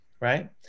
Right